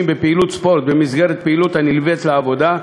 בפעילות ספורט במסגרת פעילות הנלווית לעבודה,